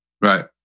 Right